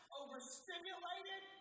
overstimulated